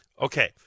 Okay